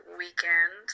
weekend